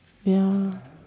ya